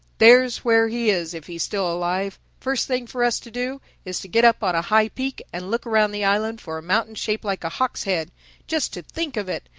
there's where he is if he's still alive. first thing for us to do, is to get up on a high peak and look around the island for a mountain shaped like a hawks' head just to think of it!